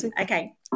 Okay